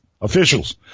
officials